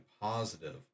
positive